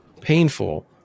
painful